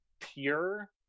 pure